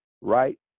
right